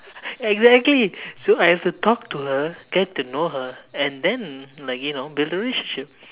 exactly so I have to talk to her get to know her and then like you know build the relationship